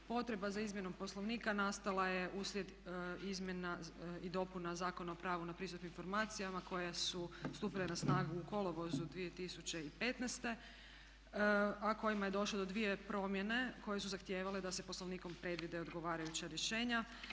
Potreba za izmjenom Poslovnika nastala je uslijed izmjena i dopuna Zakona o pravu na pristup informacijama koje su stupile na snagu u kolovozu 2015., a kojima je došlo do dvije promjene koje su zahtijevale da se Poslovnikom predvide odgovarajuća rješenja.